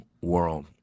world